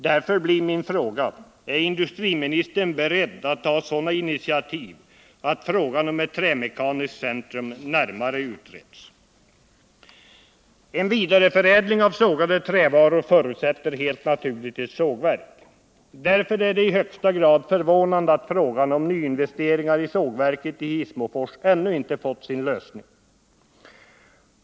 Därför blir min fråga: Är industriministern beredd att ta sådana initiativ att frågan om ett trämekaniskt centrum närmare utreds? En vidareförädling av sågade trävaror förutsätter helt naturligt ett sågverk. Därför är det i högsta grad förvånande att frågan om nyinvesteringar i sågverket i Hissmofors ännu inte fått sin lösning.